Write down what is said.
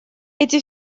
эти